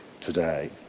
today